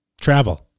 travel